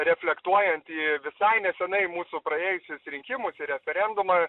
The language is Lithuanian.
reflektuojant į visai nesenai mūsų praėjusius rinkimus į referendumą